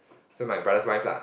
so my brother's wife lah